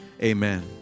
amen